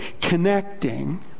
Connecting